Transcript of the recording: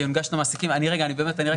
אני רק אסיים.